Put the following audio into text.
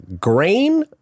grain